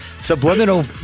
subliminal